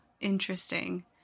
interesting